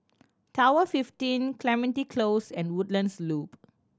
Tower Fifteen Clementi Close and Woodlands Loop